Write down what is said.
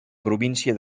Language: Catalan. província